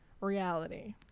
reality